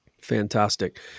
Fantastic